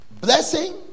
Blessing